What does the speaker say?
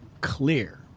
clear